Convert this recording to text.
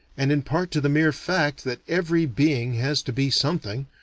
and in part to the mere fact that every being has to be something,